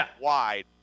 wide